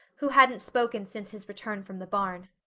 who hadn't spoken since his return from the barn.